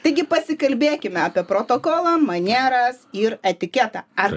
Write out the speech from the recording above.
taigi pasikalbėkime apie protokolą manieras ir etiketą ar